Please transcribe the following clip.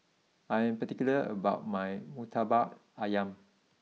I am particular about my Murtabak Ayam